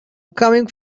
coming